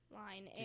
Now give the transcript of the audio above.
line